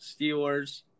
Steelers